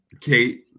Kate